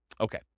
Okay